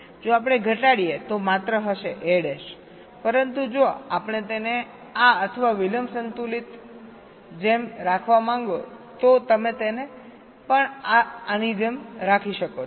જો આપણે ઘટાડીએ તો આ માત્ર હશેa પરંતુ જો આપણે તેને આ અથવા વિલંબ સંતુલિત જેમ રાખવા માંગો તો તમે તેને પણ આ જેમ રાખી શકો છો